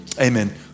Amen